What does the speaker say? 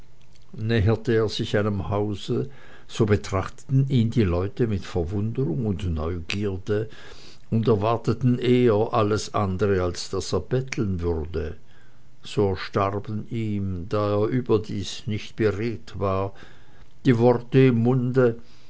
näherte er sich einem hause so betrachteten ihn die leute mit verwunderung und neugierde und erwarteten eher alles andere als daß er betteln würde so erstarben ihm da er überdies nicht beredt war die worte im munde